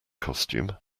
costume